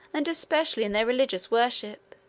and especially in their religious worship,